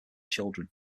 children